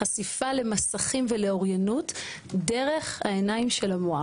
חשיפה למסכים ולאוריינות דרך העיניים של המוח.